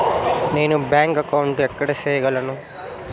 నేను bank account ఎక్కడ సేయగలను